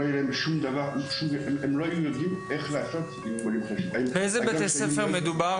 באילו בתי ספר מדובר?